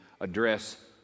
address